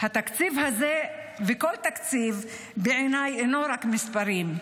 התקציב הזה וכל תקציב אינו רק מספרים,